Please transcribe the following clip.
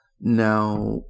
Now